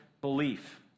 belief